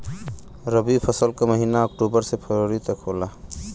रवी फसल क महिना अक्टूबर से फरवरी तक होला